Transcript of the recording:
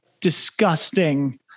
disgusting